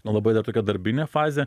labai dar tokia darbinė fazė